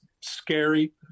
scary